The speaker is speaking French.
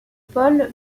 paul